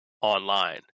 online